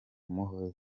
muhoza